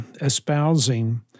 espousing